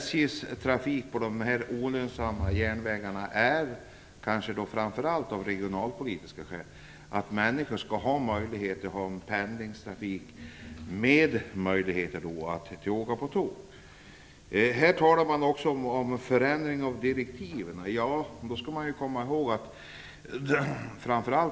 SJ:s trafik på de olönsamma järnvägarna drivs framför allt av regionalpolitiska skäl. Människor skall ha möjlighet att ha tillgång till pendlingstrafik. Här talas också om förändring av direktiv.